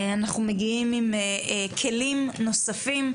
אנחנו מגיעים עם כלים נוספים,